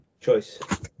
choice